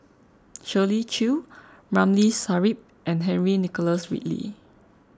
Shirley Chew Ramli Sarip and Henry Nicholas Ridley